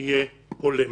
יהיה הולם.